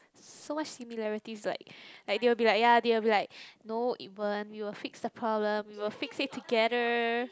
so much similarities like like they will be like ya they will be like no it won't we will fix the problem we'll fix it together